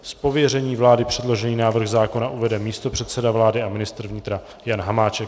Z pověření vlády předložený návrh zákona uvede místopředseda vlády a ministr vnitra Jan Hamáček.